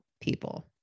people